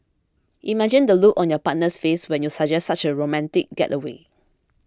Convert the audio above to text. imagine the look on your partner's face when you suggest such a romantic getaway